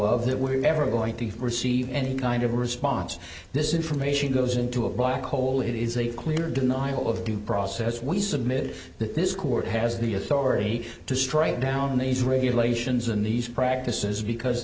of that we're never going to receive any kind of response this information goes into a black hole it is a clear denial of due process we submit that this court has the authority to strike down these regulations and these practices because